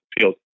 field